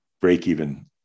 break-even